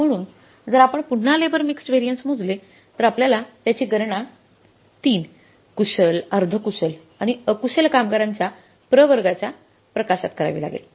म्हणून जर आपण पुन्हा लेबर मिक्स व्हॅरियन्स मोजले तरआपल्याला त्याची गणना 3 कुशल अर्धकुशल आणि अकुशल कामगारांच्या प्रवर्गाच्या प्रकाशात करावी लागेल